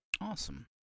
Awesome